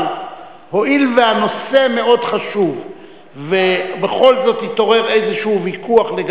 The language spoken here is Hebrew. אבל הואיל והנושא מאוד חשוב ובכל זאת התעורר ויכוח כלשהו